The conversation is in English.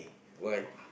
why